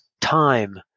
time